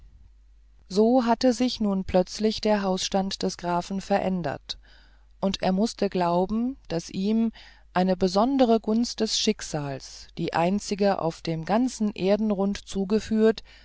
so hatte sich nun plötzlich der hausstand des grafen verändert und er mußte glauben daß ihm eine besondere gunst des schicksals die einzige auf dem ganzen erdenrund zugeführt